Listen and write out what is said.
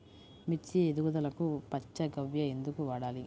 మిర్చి ఎదుగుదలకు పంచ గవ్య ఎందుకు వాడాలి?